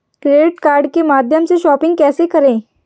Credit card के माध्यम से शॉपिंग कैसे करें?